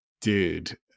dude